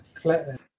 flat